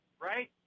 Right